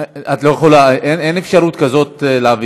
אין אפשרות כזאת.